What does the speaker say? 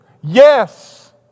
Yes